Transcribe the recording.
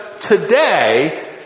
today